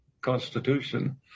Constitution